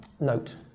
note